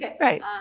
right